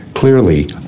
Clearly